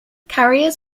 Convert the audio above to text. carriers